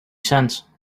sense